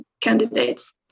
candidates